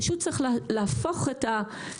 פשוט צריך להפוך את שניהם,